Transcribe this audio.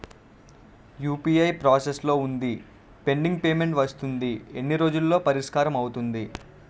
UPI process లో వుందిపెండింగ్ payment వస్తుంది ఎన్ని రోజుల్లో పరిష్కారం అవుతుంది